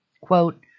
Quote